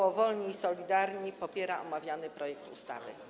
Koło Wolni i Solidarni popiera omawiany projekt ustawy.